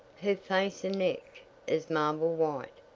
her face and neck as marble white,